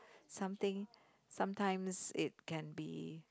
something sometimes it can be